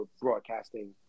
broadcasting